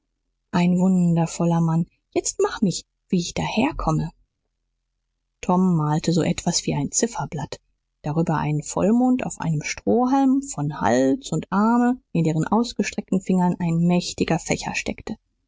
ein wundervoller mann jetzt mach mich wie ich daher komme tom malte so etwas wie ein zifferblatt darüber einen vollmond auf einem strohhalm von hals und arme in deren ausgespreizten fingern ein mächtiger fächer steckte